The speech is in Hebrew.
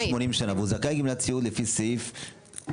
שמונים שנה והוא זכאי לגמלת סיעוד לפי סעיף 224(א)(6),